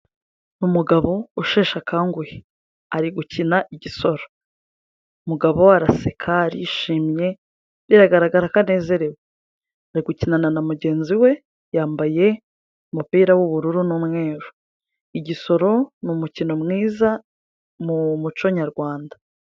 Umugabo usheshe akanguhe, ari gukina igisoro. Umugabo araseka, arishimye, biragaragara ko anezerewe. Ari gukinana na mugenzi we, yambaye umupira w'ubururu n'umweru. Igisoro ni umukino mwiza mu muco nyarwanda.